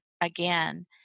again